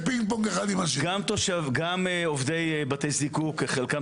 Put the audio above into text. גם הבריאות של עובדי בתי הזיקוק שחלקם